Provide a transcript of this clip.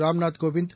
Ramnath Kovind